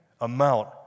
amount